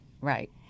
Right